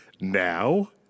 now